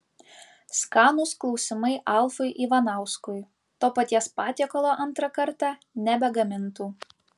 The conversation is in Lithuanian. skanūs klausimai alfui ivanauskui to paties patiekalo antrą kartą nebegamintų